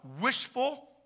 wishful